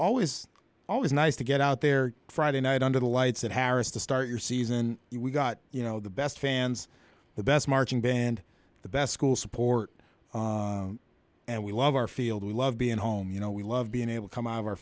always always nice to get out there friday night under the lights at harrah's to start your season we've got you know the best fans the best marching band the best school support and we love our field we love being home you know we love being able to come out of our